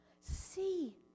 see